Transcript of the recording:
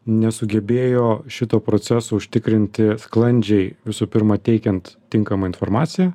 nesugebėjo šito proceso užtikrinti sklandžiai visų pirma teikiant tinkamą informaciją